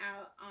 out